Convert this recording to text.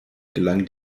gelang